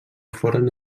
foren